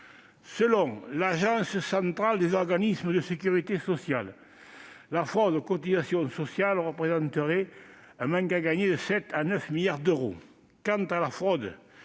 Selon l'Agence centrale des organismes de sécurité sociale, la fraude aux cotisations sociales représenterait un manque à gagner de 7 à 9 milliards d'euros.